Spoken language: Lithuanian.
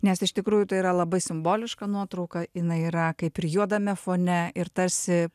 nes iš tikrųjų tai yra labai simboliška nuotrauka jinai yra kaip ir juodame fone ir tarsi